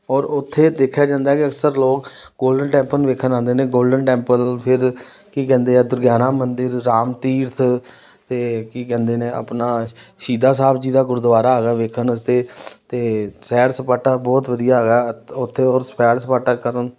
ਔਰ ਉੱਥੇ ਦੇਖਿਆ ਜਾਂਦਾ ਹੈ ਕਿ ਅਕਸਰ ਲੋਕ ਗੋਲਡਨ ਟੈਂਪਲ ਦੇਖਣ ਆਉਂਦੇ ਨੇ ਗੋਲਡਨ ਟੈਂਪਲ ਫਿਰ ਕੀ ਕਹਿੰਦੇ ਆ ਦੁਰਗਿਆਣਾ ਮੰਦਰ ਰਾਮ ਤੀਰਥ ਅਤੇ ਕੀ ਕਹਿੰਦੇ ਨੇ ਆਪਣਾ ਸ਼ਹੀਦਾਂ ਸਾਹਿਬ ਜੀ ਦਾ ਗੁਰਦੁਆਰਾ ਹੈਗਾ ਦੇਖਣ ਵਾਸਤੇ ਅਤੇ ਸੈਰ ਸਪਾਟਾ ਬਹੁਤ ਵਧੀਆ ਹੈਗਾ ਉੱਥੇ ਹੋਰ ਸੈਰ ਸਪਾਟਾ ਕਰਨ